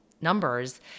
numbers